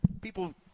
people –